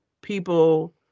people